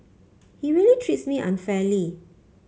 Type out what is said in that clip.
he really treats me unfairly